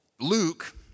Luke